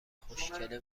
خوشکله